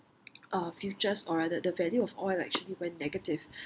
uh futures or rather the value of oil actually went negative